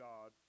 God